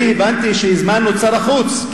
אני הבנתי שהזמנו את שר החוץ,